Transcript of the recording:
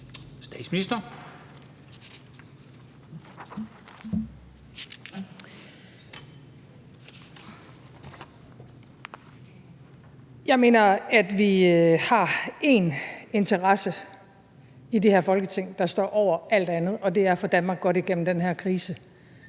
Frederiksen): Jeg mener, at vi har én interesse i det her Folketing, der står over alt andet, og det er at få Danmark godt igennem den her krise.